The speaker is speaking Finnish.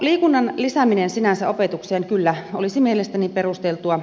liikunnan lisääminen opetukseen sinänsä olisi mielestäni perusteltua